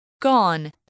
gone